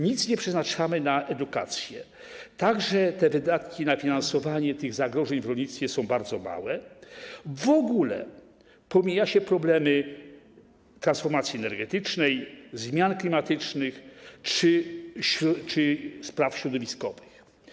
Nic nie przeznaczamy na edukację, wydatki na finansowanie zagrożeń w rolnictwie są bardzo małe, w ogóle pomija się problemy transformacji energetycznej, zmian klimatycznych czy spraw środowiskowych.